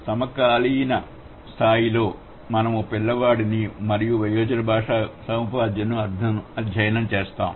సమకాలీన స్థాయిలో మనము పిల్లవాడిని మరియు వయోజన భాషా సముపార్జనను అధ్యయనం చేసాము